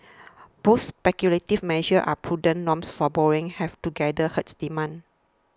both speculative measures and prudent norms for borrowing have together hurts demand